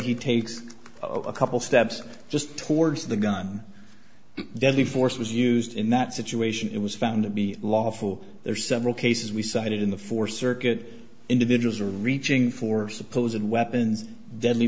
he takes a couple steps just towards the gun deadly force was used in that situation it was found to be lawful there are several cases we cited in the fourth circuit individuals are reaching for suppose and weapons deadly